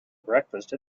breakfast